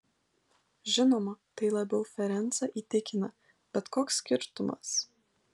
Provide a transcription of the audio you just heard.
žinoma tai labiau ferencą įtikina bet koks skirtumas